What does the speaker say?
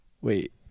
Wait